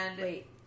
Wait